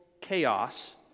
chaos